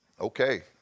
okay